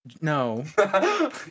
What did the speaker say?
No